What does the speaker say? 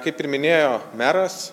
kaip ir minėjo meras